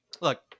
look